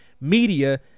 media